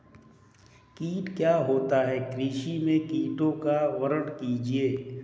कीट क्या होता है कृषि में कीटों का वर्णन कीजिए?